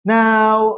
Now